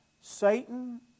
Satan